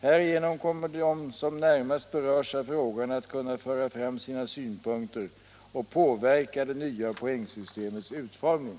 Härigenom kommer de som närmast berörs av frågan att kunna föra fram sina synpunkter och påverka det nya poängsystemets utformning.